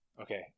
okay